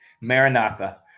Maranatha